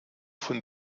von